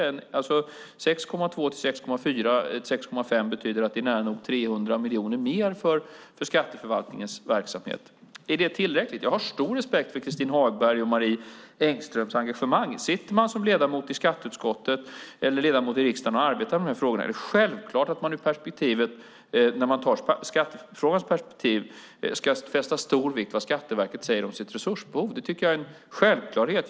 En ökning från 6,2 miljarder till 6,4 eller 6,5 miljarder betyder nära nog 300 miljoner mer för skatteförvaltningens verksamhet. Är det tillräckligt? Jag har stor respekt för Christin Hagbergs och Marie Engströms engagemang. Sitter man som ledamot i skatteutskottet och som ledamot i riksdagen och arbetar med de här frågorna är det självklart att man från skattefrågans perspektiv ska fästa stor vikt vid vad Skatteverket säger om sitt resursbehov. Det tycker jag är en självklarhet.